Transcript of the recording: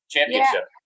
Championship